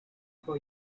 for